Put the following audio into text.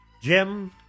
Jim